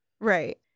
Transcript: Right